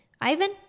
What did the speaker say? ivan